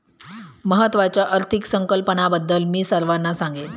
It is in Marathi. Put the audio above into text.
महत्त्वाच्या आर्थिक संकल्पनांबद्दल मी सर्वांना सांगेन